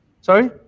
Sorry